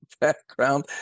background